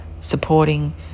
supporting